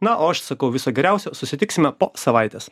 na o aš sakau viso geriausio susitiksime po savaitės